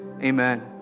amen